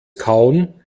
kauen